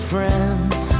Friends